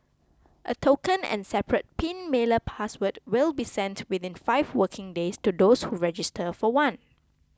a token and separate pin mailer password will be sent within five working days to those who register for one